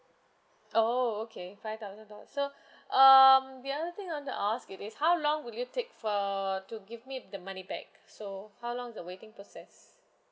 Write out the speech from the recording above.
oh okay five thousand dollars so um the other thing I want to ask it is how long will you take for to give me the money back so how long is the waiting process